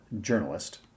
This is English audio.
journalist